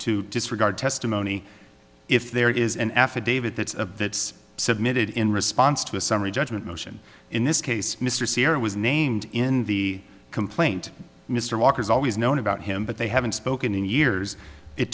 disregard testimony if there is an affidavit that's of that's submitted in response to a summary judgment motion in this case mr sierra was named in the complaint mr walker's always known about him but they haven't spoken in years it